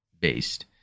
based